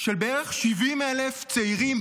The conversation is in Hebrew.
של בערך 70,000 צעירים,